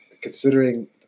considering